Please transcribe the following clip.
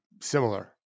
similar